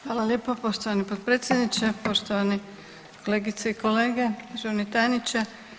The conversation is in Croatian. Hvala lijepa poštovani potpredsjedniče, poštovane kolegice i kolege, državni tajniče.